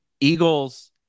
Eagles